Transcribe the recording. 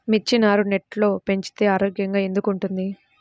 మిర్చి నారు నెట్లో పెంచితే ఆరోగ్యంగా ఎందుకు ఉంటుంది?